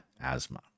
asthma